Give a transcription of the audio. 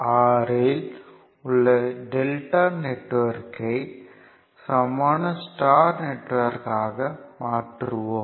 46 இல் உள்ள டெல்டா நெட்வொர்க்கை சமமான ஸ்டார் நெட்வொர்க்காக மாற்றுவோம்